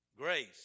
Grace